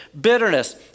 Bitterness